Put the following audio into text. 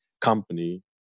company